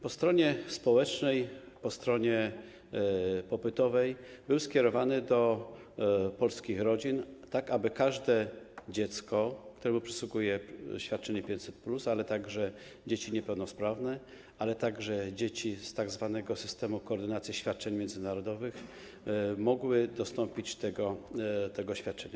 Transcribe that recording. Po stronie społecznej, po stronie popytowej był skierowany do polskich rodzin, tak aby wszystkie dzieci, którym przysługuje świadczenie 500+, ale także dzieci niepełnosprawne, ale także dzieci z tzw. systemu koordynacji świadczeń międzynarodowych mogły otrzymać to świadczenie.